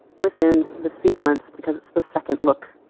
within the sequence because it's the second look.